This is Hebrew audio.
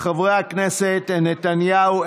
חברי הכנסת בנימין נתניהו,